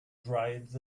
dried